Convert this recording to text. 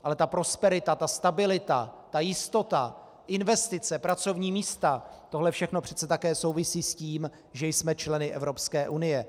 Ale ta prosperita, ta stabilita, ta jistota, investice, pracovní místa, tohle všechno přece také souvisí s tím, že jsme členy Evropské unie.